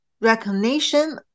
recognition